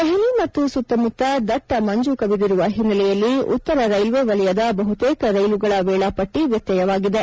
ದೆಹಲಿ ಮತ್ತು ಸುತ್ತಮುತ್ತ ದಟ್ಟ ಮಂಜು ಕವಿದಿರುವ ಹಿನ್ಸೆಲೆಯಲ್ಲಿ ಉತ್ತರ ರೈಲ್ಲೆ ವಲಯದ ಬಹುತೇಕ ರೈಲುಗಳ ವೇಳಾಪಟ್ಟಿ ವ್ಯತ್ಯಯವಾಗಿದೆ